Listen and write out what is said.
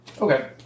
Okay